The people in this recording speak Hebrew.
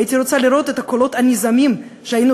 הייתי רוצה לראות את הקולות הנזעמים שהיינו